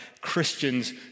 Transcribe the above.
Christians